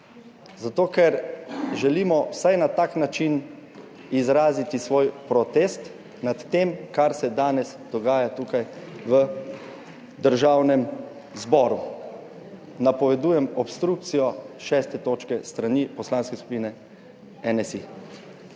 Zato, ker želimo vsaj na tak način izraziti svoj protest nad tem, kar se danes dogaja tukaj v Državnem zboru. Napovedujem obstrukcijo 6. točke s strani Poslanske skupine NSi.